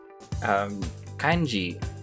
Kanji